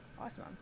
awesome